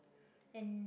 and